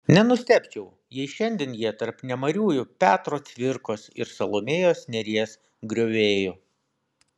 nenustebčiau jei šiandien jie tarp nemariųjų petro cvirkos ir salomėjos nėries griovėjų